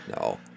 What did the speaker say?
No